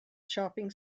shopping